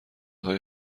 های